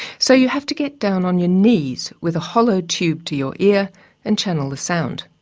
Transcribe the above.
so you have to get down on your knees with a hollow tube to your ear and channel the sound.